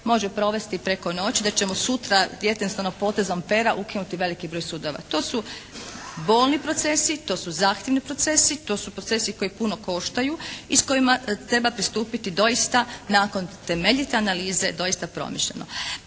može provesti preko noći. Da ćemo sutra … /Govornica se ne razumije./ … potezom pera ukinuti veliki broj sudova. To su bolni procesi. To su zahtjevni procesi. To su procesi koji puno koštaju i s kojima treba pristupiti doista nakon temeljite analize doista promišljeno.